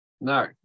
No